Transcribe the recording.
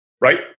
right